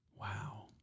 Wow